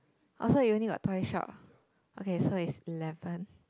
oh so you only got toy shop okay so is eleven